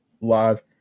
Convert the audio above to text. live